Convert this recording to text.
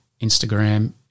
Instagram